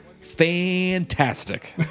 fantastic